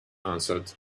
answered